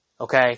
okay